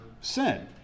sin